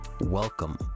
welcome